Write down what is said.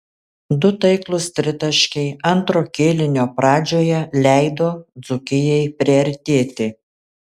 du taiklūs tritaškiai antro kėlinio pradžioje leido dzūkijai priartėti